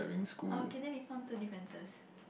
okay then we found two differences